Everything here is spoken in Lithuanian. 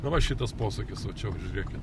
na va šitas posūkis va čia va žiūrėkit